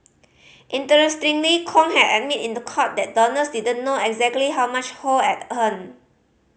interestingly Kong had admitted in the court that donors did not know exactly how much Ho had